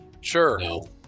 sure